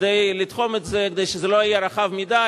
כדי לתחום את זה, כדי שזה לא יהיה רחב מדי.